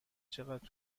چقدر